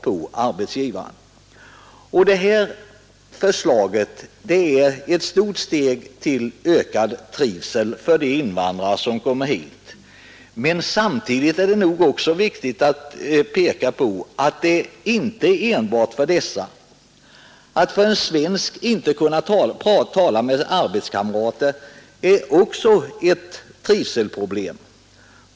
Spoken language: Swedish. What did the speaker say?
Detta förslag är ett stort steg till ökad trivsel för de invandrare som kommer hit, men inte enbart för dessa. Att inte kunna tala med arbetskamrater är också för en svensk ett trivselproblem.